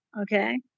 Okay